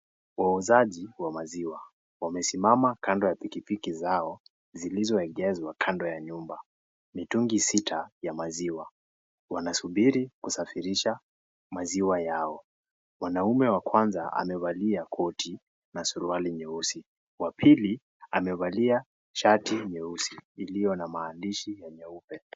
Wauzaji wa maziwa wamesimama kando ya pikipiki zao zilizoegezwa kando ya nyumba. Mitungi sita ya maziwa. Wanasubiri kusafirisha maziwa yao. Mwanaume wa kwanza amevalia koti na suruali nyeusi. Wa pili amevalia shati nyeusi iliyo na maandishi meupe.